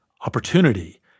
opportunity